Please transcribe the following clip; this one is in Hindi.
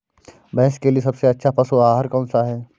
भैंस के लिए सबसे अच्छा पशु आहार कौन सा है?